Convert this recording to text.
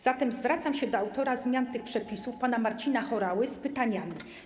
Zatem zwracam się do autora zmian tych przepisów pana Marcina Horały z pytaniami.